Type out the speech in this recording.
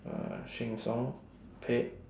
uh sheng siong paid